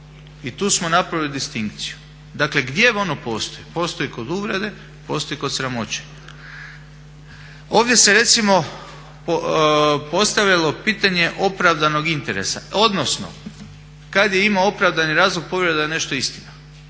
I tu smo napravili distinkciju. Dakle gdje ono postoji? Postoji kod uvrede, postoji kod sramoćenja. Ovdje se recimo postavilo pitanje opravdanog interesa, odnosno kada je imao opravdani razlog povreda je nešto istina.